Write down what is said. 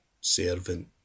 servant